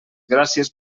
gràcies